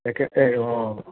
একে এই অঁ